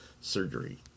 surgery